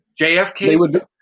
JFK